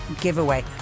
giveaway